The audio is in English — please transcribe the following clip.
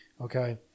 okay